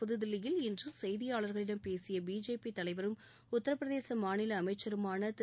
புதுதில்லியில் இன்று செய்தியாளர்களிடம் பேசிய பிஜேபி தலைவரும் உத்தரப்பிரதேச மாநில அமைச்சருமான திரு